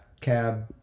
cab